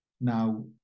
Now